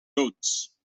goats